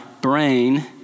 brain